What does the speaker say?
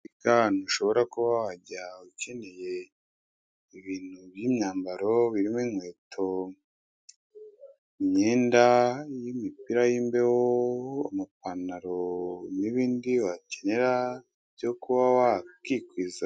Iduka ahantu ushobora kuba wajya ukeneye ibintu by'imyambaro birimo inkweto, imyenda n'imipira y'imbeho, amapantaro n'ibindi wakenera byo kuba wakikwiza.